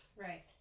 Right